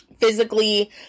physically